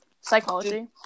psychology